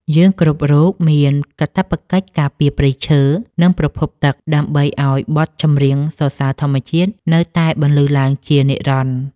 យើងគ្រប់រូបមានកាតព្វកិច្ចការពារព្រៃឈើ និងប្រភពទឹក ដើម្បីឱ្យបទចម្រៀងសរសើរធម្មជាតិនៅតែបន្លឺឡើងជានិរន្តរ៍។